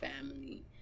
family